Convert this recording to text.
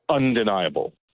undeniable